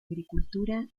agricultura